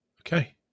okay